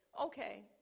okay